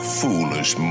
foolish